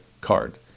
card